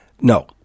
no